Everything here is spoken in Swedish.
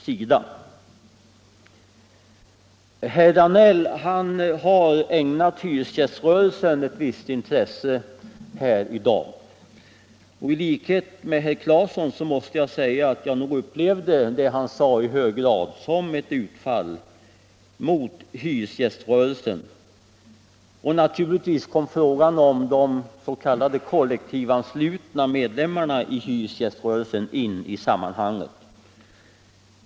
Herr Danell har ägnat hyresgäströrelsen ett visst intresse i denna debatt. I likhet med herr Claeson upplevde jag det han sade som i hög grad ett utfall mot hyresgäströrelsen. Naturligtvis kom frågan om de s.k. kollektivanslutna medlemmarna i hyresgäströrelsen in i det sammanhanget.